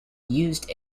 used